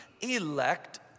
elect